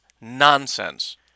nonsense